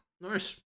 Nice